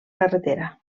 carretera